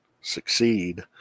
succeed